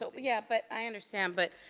yeah, but i understand but,